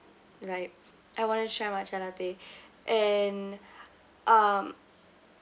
like I wanted to try matcha latte and um